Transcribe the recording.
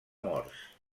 morts